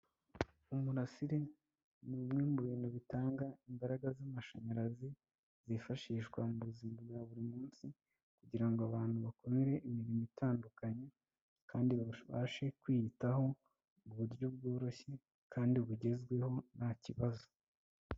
Umurasire nimwe mu bintu bitanga imbaraga z'amashanyarazi zifashishwa mu buzima bwa buri munsi kugira ngo abantu bakorere imirimo itandukanye kandi babashe kwiyitaho mu buryo bworoshye kandi bugezweho nta kibazo.